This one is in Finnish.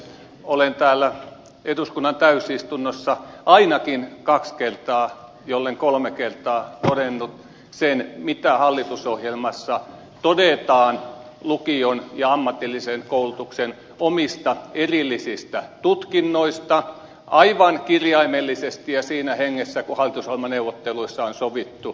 olen täällä eduskunnan täysistunnossa ainakin kaksi kertaa jollen kolme kertaa todennut sen mitä hallitusohjelmassa todetaan lukion ja ammatillisen koulutuksen omista erillisistä tutkinnoista aivan kirjaimellisesti ja siinä hengessä kuin hallitusohjelmaneuvotteluissa on sovittu